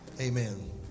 Amen